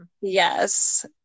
Yes